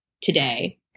today